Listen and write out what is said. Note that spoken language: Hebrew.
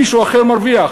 מישהו אחר מרוויח,